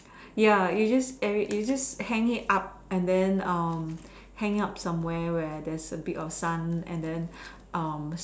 ya you just air it you just hang it up and then um hang it up somewhere where there is a bit of sun and then um